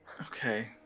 Okay